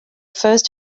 first